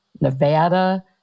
Nevada